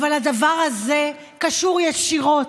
אדוני היושב-ראש,